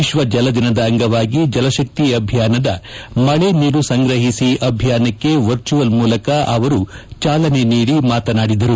ವಿಶ್ವ ಜಲದಿನದ ಅಂಗವಾಗಿ ಜಲಶಕ್ತಿ ಅಭಿಯಾನದ ಮಳೆ ನೀರು ಸಂಗ್ರಹಿಸಿ ಅಭಿಯಾನಕ್ಕೆ ವರ್ಚುಯಲ್ ಮೂಲಕ ಅವರು ಚಾಲನೆ ನೀಡಿ ಮಾತನಾಡಿದರು